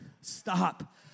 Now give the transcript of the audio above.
stop